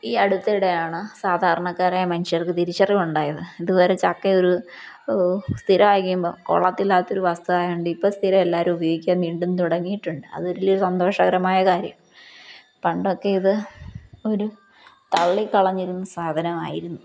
ഈ അടുത്തിടെയാണു സാധാരണക്കാരായ മനുഷ്യർക്കു തിരിച്ചറിവ് ഉണ്ടായത് ഇതുവരെ ചക്കയൊരു സ്ഥിരമായിക്കഴിയുമ്പോള് കൊള്ളത്തില്ലാത്തൊരു വസ്തുവായതുകൊണ്ട് ഇപ്പോള് സ്ഥിരം എല്ലാവരും ഉപയോഗിക്കാൻ വീണ്ടും തുടങ്ങിയിട്ടുണ്ട് അതു വലിയൊരു സന്തോഷകരമായ കാര്യം പണ്ടൊക്കെ ഇത് ഒരു തള്ളിക്കളഞ്ഞിരുന്ന സാധനമായിരുന്നു